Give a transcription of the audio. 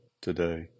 today